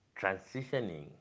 transitioning